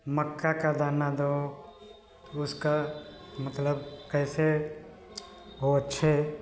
मक्का का दाना दो उसका मतलब कैसे हो अच्छे